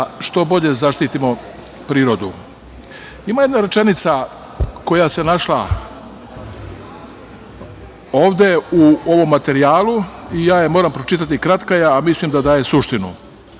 što bolje zaštitimo prirodu. Ima jedna rečenica koja se našla ovde u ovom materijalu i ja je moram pročitati, kratka je, a mislim da daje suštinu